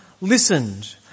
listened